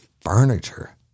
furniture